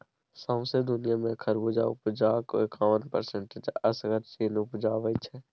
सौंसे दुनियाँ मे खरबुज उपजाक एकाबन परसेंट असगर चीन उपजाबै छै